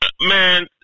Man